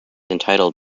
entitled